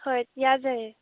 ꯍꯣꯏ ꯌꯥꯖꯔꯦ